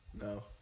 No